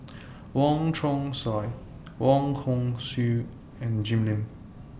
Wong Chong Sai Wong Hong Suen and Jim Lim